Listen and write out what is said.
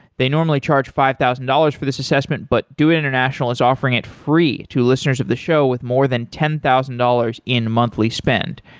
they normally charge five thousand dollars for this assessment, but doit international is offering it for free to listeners of the show with more than ten thousand dollars in monthly spend.